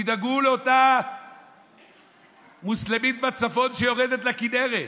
תדאגו לאותה מוסלמית בצפון שיורדת לכינרת.